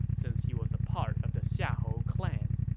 since he was a part of the xiahou clan